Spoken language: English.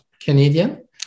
Canadian